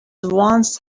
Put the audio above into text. once